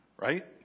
right